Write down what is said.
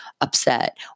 upset